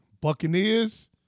Buccaneers